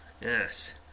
Yes